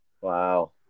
Wow